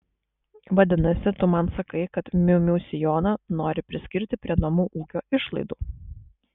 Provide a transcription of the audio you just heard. vadinasi tu man sakai kad miu miu sijoną nori priskirti prie namų ūkio išlaidų